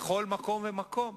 בכל מקום ומקום.